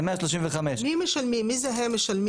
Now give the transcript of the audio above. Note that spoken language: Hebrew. אז זה 135. מי זה הם משלמים?